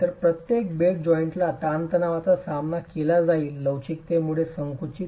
तर प्रत्येक बेड जॉइंटला ताणतणावाचा सामना केला जाईल लवचिकतेमुळे संकुचित